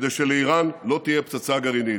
כדי שלאיראן לא תהיה פצצה גרעינית.